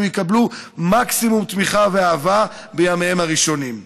יקבלו מקסימום תמיכה ואהבה בימיהם הראשונים,